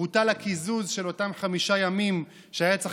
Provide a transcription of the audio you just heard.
בוטל הקיזוז של אותם חמישה ימים שהיה צריך